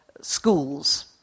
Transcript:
schools